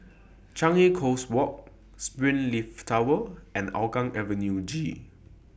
Changi Coast Walk Springleaf Tower and Hougang Avenue G